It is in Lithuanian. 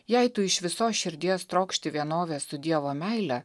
jei tu iš visos širdies trokšti vienovės su dievo meile